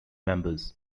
members